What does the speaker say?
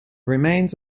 remains